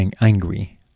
angry